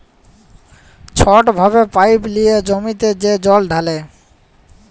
ছট ভাবে পাইপ লিঁয়ে জমিতে যে জল ঢালে